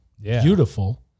beautiful